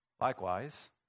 Likewise